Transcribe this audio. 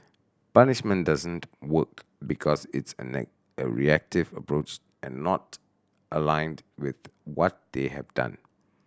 punishment doesn't work because it's a a reactive approach and not aligned with what they have done